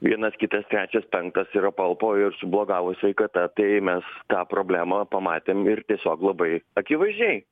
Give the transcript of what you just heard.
vienas kitas trečias penktas ir apalpo ir sublogavo sveikata tai mes tą problemą pamatėm ir tiesiog labai akivaizdžiai